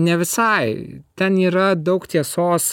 ne visai ten yra daug tiesos